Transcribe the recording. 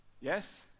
Yes